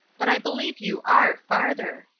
but i believe you are farther.